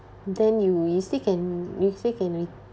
then you you still can you still can retire